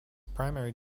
primary